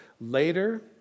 Later